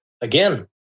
again